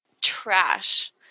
trash